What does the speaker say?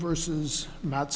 versus not